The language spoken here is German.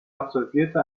absolvierte